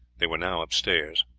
they were now upstairs.